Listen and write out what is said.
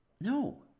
No